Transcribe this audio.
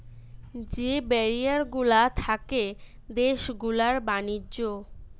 যে ব্যারিয়ার গুলা থাকে দেশ গুলার ব্যাণিজ্য